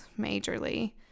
majorly